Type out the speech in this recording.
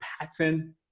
pattern